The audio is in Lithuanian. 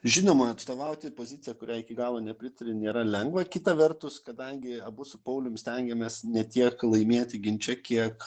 žinoma atstovauti poziciją kuriai iki galo nepritari nėra lengva kita vertus kadangi abu su paulium stengiamės ne tiek laimėti ginče kiek